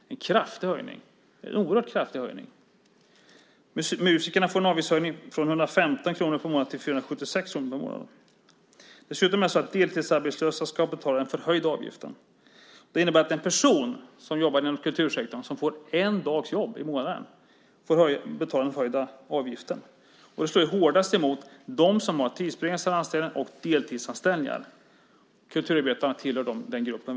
Det är en oerhört kraftig höjning. Musikerna får en avgiftshöjning från 115 kr per månad till 476 kr per månad. Dessutom är det så att deltidsarbetslösa ska betala den förhöjda avgiften. Det innebär att en person som jobbar inom kultursektorn som får en dags jobb i månaden får betala den höjda avgiften. Det slår hårdast mot dem som har tidsbegränsade anställningar och deltidsanställningar. Kulturarbetarna tillhör väldigt ofta den gruppen.